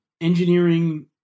engineering